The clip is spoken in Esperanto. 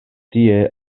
tie